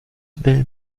will